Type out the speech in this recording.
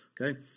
Okay